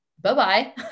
Bye-bye